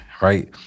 right